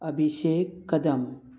Abhishek Kadam